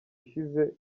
ishize